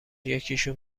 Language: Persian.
یکیشون